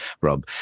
Rob